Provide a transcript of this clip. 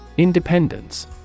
Independence